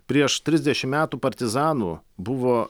prieš trisdešim metų partizanų buvo